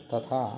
तथा